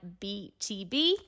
BTB